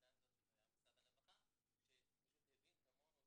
בוועדה הזאת שזה משרד הרווחה שפשוט הבין כמונו